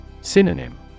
Synonym